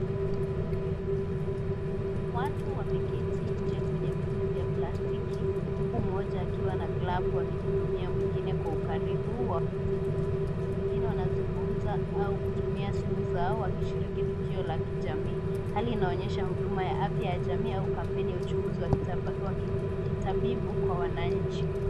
Watu wameketi nje kwenye viti vya plastiki huku mmoja akiwa na glavu akihudumia mwingine kwa ukaribu wa kita. Wengine wanazungumza au kutumia simu zao wakishiriki tukio la kijamii. Hali inaonyesha huduma ya afya ya jamii au kampeni ya uchunguzi ya kitabibu kwa wananchi.